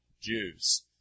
Jews